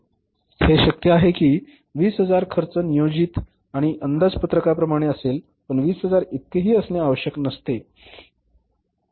हे शक्य आहे की 20000 खर्च नियोजित किंवा अंदाजपत्रकाप्रमाणे असेल पण 20000 इतकेही असणे आवश्यक नव्हते